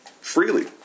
freely